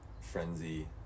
frenzy